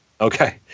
Okay